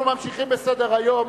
אנחנו ממשיכים בסדר-היום,